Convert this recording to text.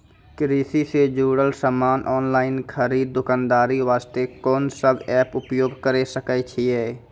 कृषि से जुड़ल समान ऑनलाइन खरीद दुकानदारी वास्ते कोंन सब एप्प उपयोग करें सकय छियै?